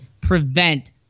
prevent